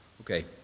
Okay